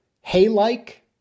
Hay-like